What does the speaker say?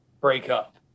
breakup